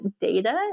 data